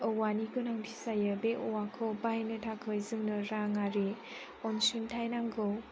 औवानि गोनांथि जायो बे औवाखौ बायनो थाखाय जोंनो रांआरि अनसुंथाइ नांगौ